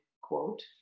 quote